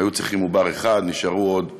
היו צריכים עובר אחד, נשארו עוד שישה-שבעה,